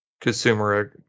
consumer